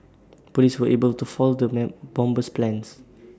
Police were able to foil the bomber's plans